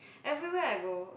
everywhere I go